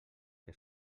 que